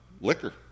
liquor